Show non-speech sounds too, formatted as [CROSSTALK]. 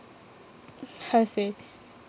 [NOISE] how to say